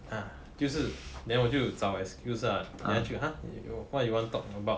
ah 就是 then 我就找 for excuse lah then 他就 !huh! what you want talk about